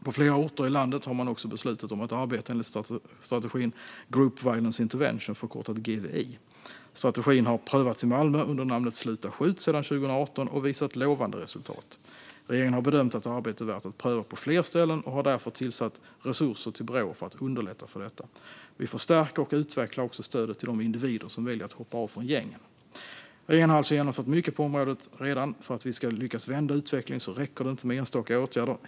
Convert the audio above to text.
På flera orter i landet har man också beslutat om att arbeta enligt strategin Group Violence Intervention, förkortat GVI. Strategin har prövats i Malmö under namnet Sluta skjut sedan 2018 och visat lovande resultat. Regeringen har bedömt att arbetet är värt att pröva på fler ställen och har därför avsatt resurser till Brå för att underlätta för detta. Vi förstärker och utvecklar också stödet till de individer som väljer att hoppa av från gängen. Regeringen har alltså genomfört mycket på området redan. För att vi ska lyckas vända utvecklingen räcker det inte med enstaka åtgärder.